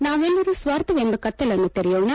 ನಾವೆಲ್ಲರೂ ಸ್ವಾರ್ಥವೆಂಬ ಕತ್ತಲನ್ನು ತೊರೆಯೋಣ